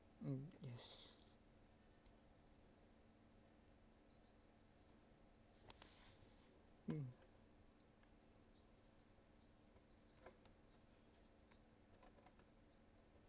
mm yes mm